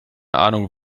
ahnung